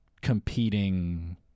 competing